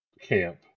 camp